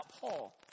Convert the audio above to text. Paul